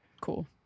Cool